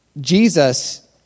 Jesus